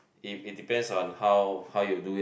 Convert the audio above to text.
if it depends on how how you do